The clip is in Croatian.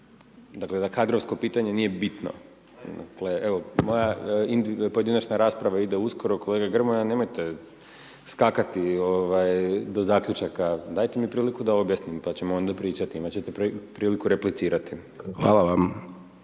dakle, da kadrovsko pitanje nije bitno, dakle, evo, moja pojedinačna rasprava ide uskoro. Kolega Grmoja nemojte skakati, ovaj, do zaključaka, dajte mi priliku da objasnim, pa ćemo onda pričati, imati ćete priliku replicirati. **Hajdaš